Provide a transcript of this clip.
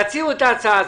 תציעו את ההצעה הזאת.